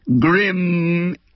Grim